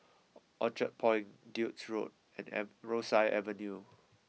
Orchard Point Duke's Road and am Rosyth Avenue